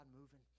moving